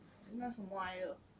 那什么来的